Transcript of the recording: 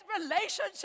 relationship